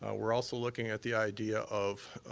ah we're also looking at the idea of,